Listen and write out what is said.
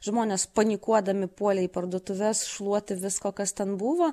žmonės panikuodami puolė į parduotuves šluoti visko kas ten buvo